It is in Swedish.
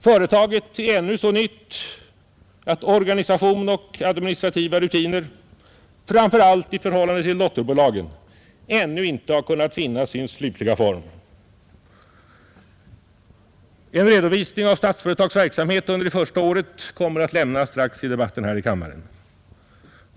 Företaget är ännu så nytt att organisation och administrativa rutiner, framför allt i förhållande till dotterbolagen, ännu inte har kunnat finna sin slutliga form. En redovisning av Statsföretags verksamhet under det första året kommer strax att lämnas i debatten här i kammaren.